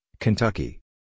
Kentucky